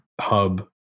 Hub